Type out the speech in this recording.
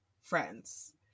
friends